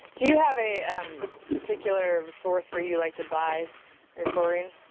you have a um particular source where you like to buy your taurine?